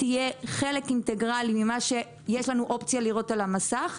תהיה חלק אינטגרלי ממה שיש לנו אופציה לראות על המסך.